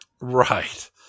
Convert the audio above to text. right